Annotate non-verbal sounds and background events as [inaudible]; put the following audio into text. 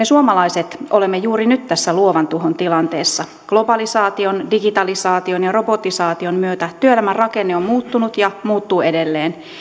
[unintelligible] suomalaiset olemme juuri nyt tässä luovan tuhon tilanteessa globalisaation digitalisaation ja robotisaation myötä työelämän rakenne on muuttunut ja muuttuu edelleen